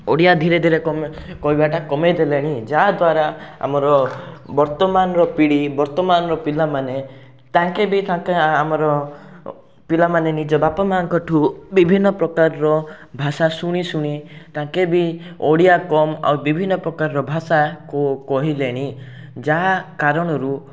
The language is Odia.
ଓଡ଼ିଆ ଧିରେଧିରେ କହିବାଟା କମେଇଦେଲେଣି ଯାହାଦ୍ୱାରା ଆମର ବର୍ତ୍ତମାନର ପିଢ଼ି ବର୍ତ୍ତମାନର ପିଲାମାନେ ତାଙ୍କେ ବି ତାଙ୍କେ ଆମର ପିଲାମାନେ ନିଜ ବାପା ମା'ଙ୍କଠାରୁ ବିଭିନ୍ନ ପ୍ରକାରର ଭାଷା ଶୁଣି ଶୁଣି ତାଙ୍କେ ବି ଓଡ଼ିଆ କମ ଆଉ ବିଭିନ୍ନ ପ୍ରକାର ଭାଷାକୁ କହିଲେଣି ଯାହା କାରଣରୁ